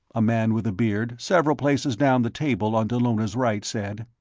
a man with a beard, several places down the table on dallona's right, said.